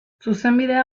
zuzenbidea